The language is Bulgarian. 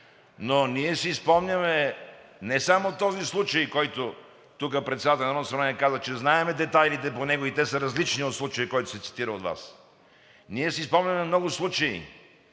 Но ние си спомняме не само този случай, за който тук председателят на Народното събрание каза, че знаем детайлите по него и те са различни от случая, който се цитира от Вас. Ние си спомняме много случаи,